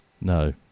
No